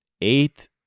eight